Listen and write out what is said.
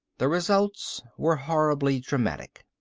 the results were horribly dramatic.